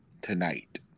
tonight